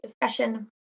discussion